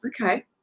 okay